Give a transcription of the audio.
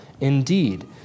indeed